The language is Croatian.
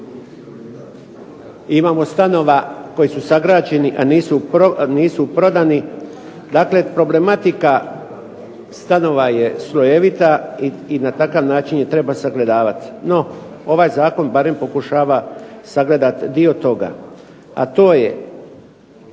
imamo stanova koji su sagrađeni a nisu prodani. Dakle, problematika stanova je slojevita i na takav način je treba sagledavati. No, ovaj zakon barem pokušava sagledati dio toga. A to je